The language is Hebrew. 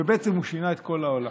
ובעצם הוא שינה את כל העולם.